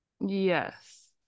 Yes